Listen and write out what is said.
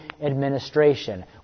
administration